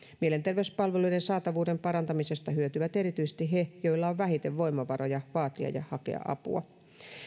mielenterveyspalveluiden saatavuuden parantamisesta hyötyvät erityisesti he joilla on vähiten voimavaroja vaatia ja hakea apua